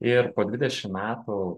ir po dvidešim metų